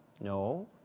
No